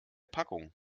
packung